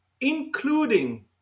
including